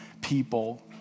people